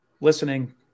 listening